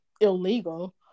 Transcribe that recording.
illegal